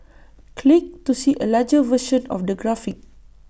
click to see A larger version of the graphic